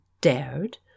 dared